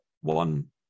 one